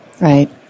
Right